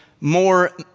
more